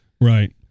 Right